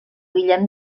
guillem